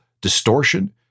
distortion